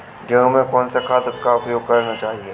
गेहूँ में कौन सा खाद का उपयोग करना चाहिए?